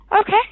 Okay